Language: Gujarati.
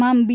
તમામ બી